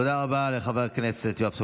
תודה רבה לחבר הכנסת יואב סגלוביץ'.